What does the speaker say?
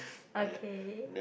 okay